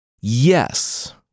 Yes